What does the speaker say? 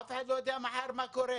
אף אחד לא יודע מחר מה קורה,